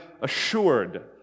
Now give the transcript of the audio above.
assured